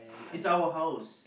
it's our house